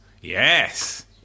Yes